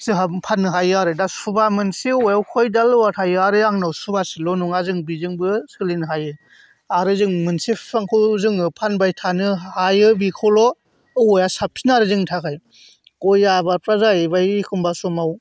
जोहा फाननो हायो आरो दा सुबा मोनसे औवायाव खय दाल औवा थायो आरो आंनाव सुबासेल' नङा जों बिजोंबो सोलिनो हायो आरो जों मोनसे बिफांखौ जोङो फानबाय थानो हायो बिखौल' औवाया साबसिन आरो जोंनि थाखाय गय आबादफ्रा जाहैबाय एखमब्ला समाव